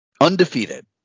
Undefeated